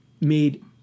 made